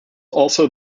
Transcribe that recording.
also